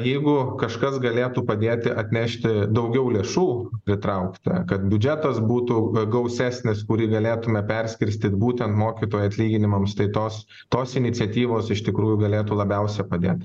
jeigu kažkas galėtų padėti atnešti daugiau lėšų pritraukta kad biudžetas būtų gausesnis kurį galėtume perskirstyt būtent mokytojų atlyginimams tai tos tos iniciatyvos iš tikrųjų galėtų labiausia padėt